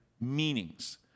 meanings